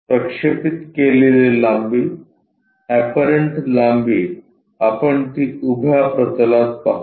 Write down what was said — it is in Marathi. प्रक्षेपित केलेली लांबी एपरंट लांबी आपण ती उभ्या प्रतलात पाहू